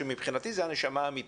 שמבחינתי זה הנשמה האמיתית.